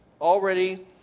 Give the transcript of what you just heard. already